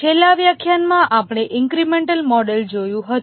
છેલ્લા વ્યાખ્યાનમાં આપણે ઈન્ક્રિમેન્ટલ મોડેલ જોયું હતું